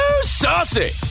saucy